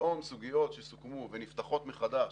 פתאום סוגיות שסוכמו ונפתחות מחדש,